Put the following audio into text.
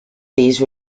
these